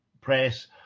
press